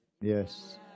Yes